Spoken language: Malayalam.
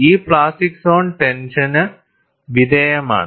ഈ പ്ലാസ്റ്റിക് സോൺ ടെൻഷന് വിധേയമാണ്